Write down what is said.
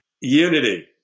Unity